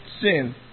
sin